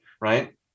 right